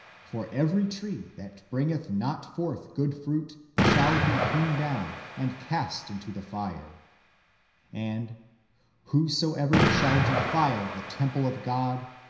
for every tree that bringeth not forth good fruit shall be hewn down, and cast into the fire and whosoever shall defile the temple of god,